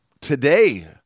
today